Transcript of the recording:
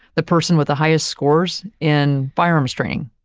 the person with the highest scores in firearms training.